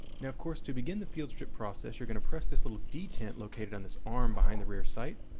now of course to begin the field strip process, you're going to press this little d tent located on this arm behind the rear sight,